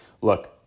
look